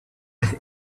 with